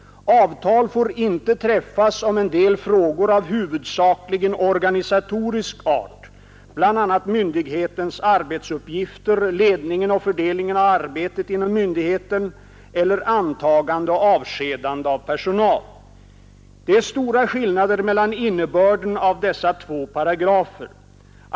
Avtal får inte träffas om en del frågor av huvudsakligen organisatorisk art, bl.a. myndighets arbetsuppgifter, ledningen och fördelningen av arbetet inom myndigheten eller antagande och avskedande av personal. Det är stora skillnader mellan innebörden av dessa två paragrafer.